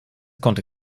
konnte